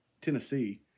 Tennessee